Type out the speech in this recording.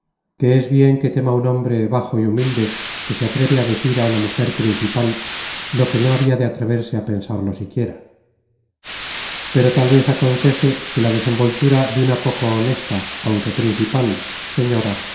que és bien que tema un hombre bajo y humilde que se atreve á decir á una mujer principal lo que no habia de atreverse á pensarlo siquiera pero tal vez acontece que la desenvoltura de una poco honesta aunque principal señora